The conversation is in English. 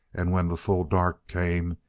and when the full dark came,